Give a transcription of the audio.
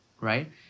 right